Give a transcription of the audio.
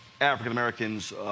African-Americans